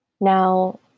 Now